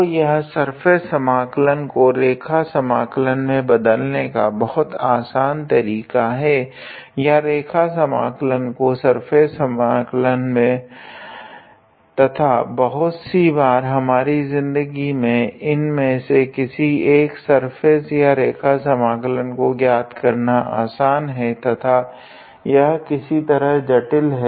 तो यह सर्फेस समाकलन को रेखा समाकलन में बदलने का बहुत असं तरीका है या रेखा समाकलन को सर्फेस समाकलन में तथा बहुत सी बार हमारी जिंदगी में इन में से किसी एक सर्फेस या रेखा समाकलन को ज्ञात करना आसन है तथा यह किसी तरह जटिल है